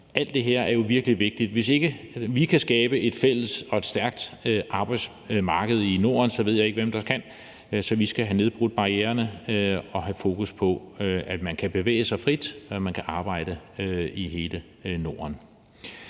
Alt det her er jo virkelig vigtigt. Hvis ikke vi kan skabe et fælles og stærkt arbejdsmarked i Norden, ved jeg ikke, hvem der kan. Så vi skal have nedbrudt barriererne og have fokus på, at man kan bevæge sig frit og arbejde i hele Norden.